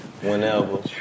whenever